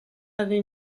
avait